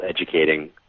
educating